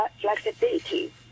flexibility